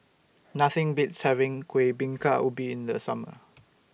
Nothing Beats having Kuih Bingka Ubi in The Summer